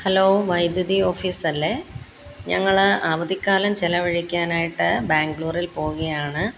hello വൈദ്യുതി ഓഫീസല്ലേ ഞങ്ങൾ അവധിക്കാലം ചിലവഴിക്കാനായിട്ട് ബാംഗ്ലൂരിൽ പോവുകയാണ്